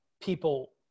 people